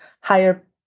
higher